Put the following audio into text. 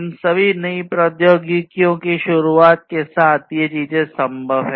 इन सभी नई प्रौद्योगिकियों की शुरुआत के साथ ये चीजें संभव हैं